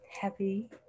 Happy